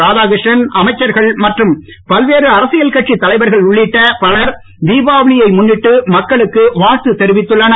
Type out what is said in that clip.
ராதாகிருஷ்ணன் அமைச்சர்கள் மற்றும் பல்வேறு அரசியல் கட்சித் தலைவர்கள் உள்ளிட்ட பலர் திபாவளியை முன்னிட்டு மக்களுக்கு வாழ்த்து தெரிவித்துள்ளனர்